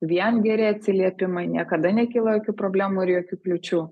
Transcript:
vien geri atsiliepimai niekada nekyla jokių problemų ir jokių kliūčių